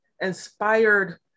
inspired